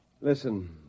Listen